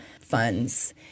funds